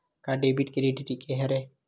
का debit credit एके हरय?